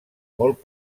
molt